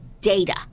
data